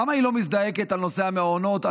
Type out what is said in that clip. למה היא לא מזדעקת בנושא המעונות?